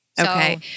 Okay